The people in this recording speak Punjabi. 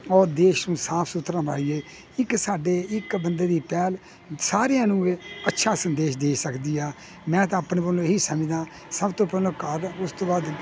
ਔਰ ਦੇਸ਼ ਨੂੰ ਸਾਫ਼ ਸੁਥਰਾ ਬਣਾਈਏ ਇੱਕ ਸਾਡੇ ਇੱਕ ਬੰਦੇ ਦੀ ਪਹਿਲ ਸਾਰਿਆਂ ਨੂੰ ਅੱਛਾ ਸੰਦੇਸ਼ ਦੇ ਸਕਦੀ ਆ ਮੈਂ ਤਾਂ ਆਪਣੇ ਵੱਲੋਂ ਇਹ ਹੀ ਸਮਝਦਾਂ ਸਭ ਤੋਂ ਪਹਿਲਾਂ ਘਰ ਉਸ ਤੋਂ ਬਾਅਦ